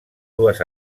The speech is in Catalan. dues